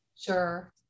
Sure